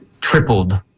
tripled